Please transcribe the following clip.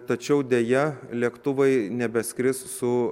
tačiau deja lėktuvai nebeskris su